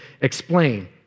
explain